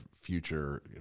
future